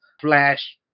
flash